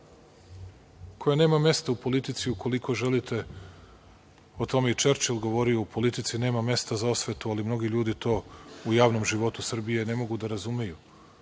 koja nema mesta u politici ukoliko želite, o tome je i Čerčil govorio - u politici nema mesta za osvetu, ali mnogi ljudi to u javnom životu Srbije ne mogu da razumeju.